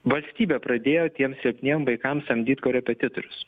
valstybė pradėjo tiems septyniem vaikam samdyt korepetitorius